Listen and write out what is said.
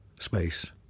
space